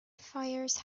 fires